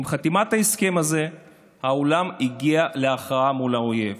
עם חתימת ההסכם הזה העולם הגיע להכרעה מול האויב.